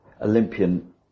Olympian